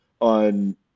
on